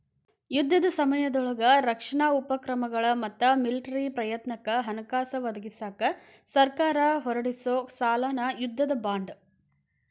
ಯುದ್ಧದ ಸಮಯದೊಳಗ ರಕ್ಷಣಾ ಉಪಕ್ರಮಗಳ ಮತ್ತ ಮಿಲಿಟರಿ ಪ್ರಯತ್ನಕ್ಕ ಹಣಕಾಸ ಒದಗಿಸಕ ಸರ್ಕಾರ ಹೊರಡಿಸೊ ಸಾಲನ ಯುದ್ಧದ ಬಾಂಡ್